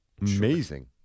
Amazing